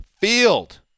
Field